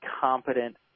competent